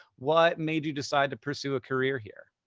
what made you decide to pursue a career here?